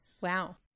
Wow